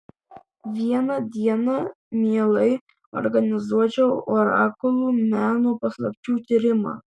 vieną dieną mielai organizuočiau orakulų meno paslapčių tyrimą